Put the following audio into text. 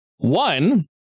One